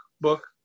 Book